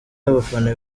y’abafana